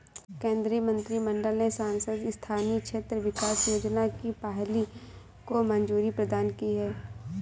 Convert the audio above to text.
केन्द्रीय मंत्रिमंडल ने सांसद स्थानीय क्षेत्र विकास योजना की बहाली को मंज़ूरी प्रदान की है